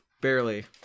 Barely